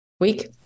Week